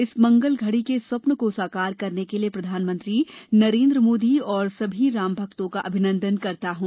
इस मंगल घड़ी के स्वप्न को साकार करने के लिए प्रधानमंत्री नरेन्द्र मोदी और सभी राम भक्तों का अभिनंदन करता हूं